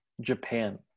Japan